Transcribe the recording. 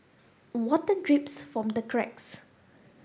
water drips from the cracks